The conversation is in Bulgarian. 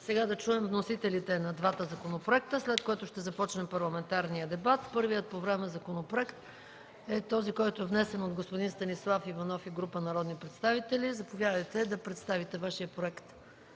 сега да чуем вносителите на двата законопроекта, след което ще започнем парламентарния дебат. Първия по време законопроект е този, който е внесен от господин Станислав Иванов и група народни представители. Заповядайте да представите Вашия проект.